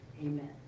Amen